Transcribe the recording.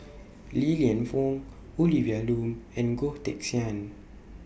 Li Lienfung Olivia Lum and Goh Teck Sian